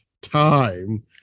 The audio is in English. time